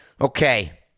Okay